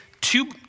two